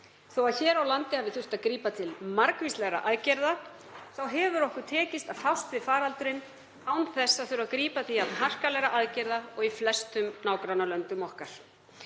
Þó að hér á landi hafi þurft að grípa til margvíslegra aðgerða hefur okkur tekist að fást við faraldurinn án þess að þurfa að grípa til jafn harkalegra aðgerða og í flestum nágrannalöndum okkar.